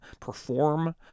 perform